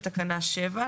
תחילה.